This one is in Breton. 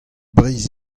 breizh